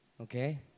Okay